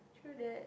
true that